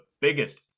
biggest